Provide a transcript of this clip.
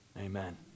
Amen